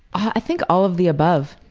i think all of the above,